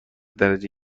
درجه